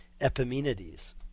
Epimenides